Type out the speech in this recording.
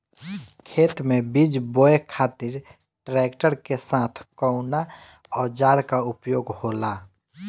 खेत में बीज बोए खातिर ट्रैक्टर के साथ कउना औजार क उपयोग होला?